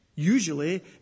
usually